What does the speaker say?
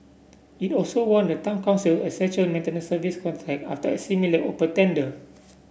it also won the town council essential maintenance service contract after a similar open tender